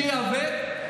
שייאבק,